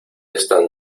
están